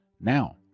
now